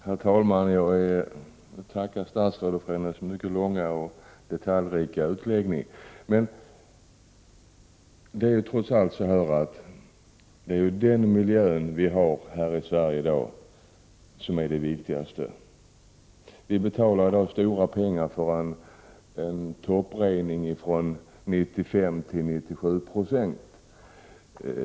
Herr talman! Jag tackar statsrådet för hennes långa och detaljrika utläggning. Men trots allt är det viktigaste den miljö vi har här i Sverige i dag. Vi betalar i dag stora pengar för en topprening från 95 9 till 97 96.